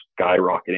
skyrocketing